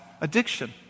Addiction